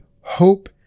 hope